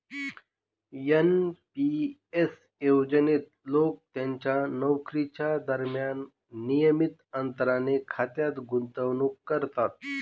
NP S योजनेत लोक त्यांच्या नोकरीच्या दरम्यान नियमित अंतराने खात्यात गुंतवणूक करतात